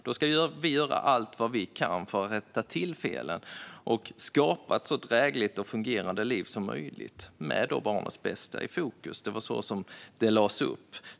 Då ska vi göra allt vad vi kan för att rätta till felen och skapa ett så drägligt och fungerande liv som möjligt med barnets bästa i fokus. Det var så det lades upp.